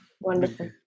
Wonderful